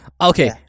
okay